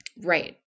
Right